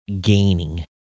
gaining